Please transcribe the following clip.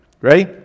ready